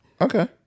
Okay